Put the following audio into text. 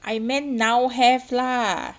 I meant now have lah